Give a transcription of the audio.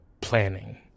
planning